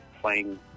playing